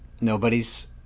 Nobody's